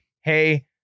hey